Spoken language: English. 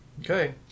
Okay